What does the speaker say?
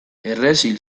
errezil